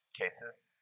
cases